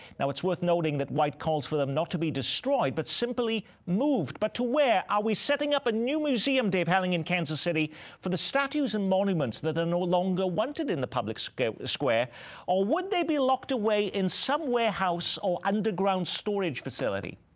now, it is worth noting that white calls for them not to be destroyed but simply moved, but to where? are we setting up a new museum, dave helling in kansas city for the statues and monuments that are no longer wanted in the public square square or would they be locked away in some warehouse or underground storage facility?